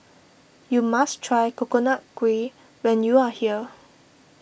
you must try Coconut Kuih when you are here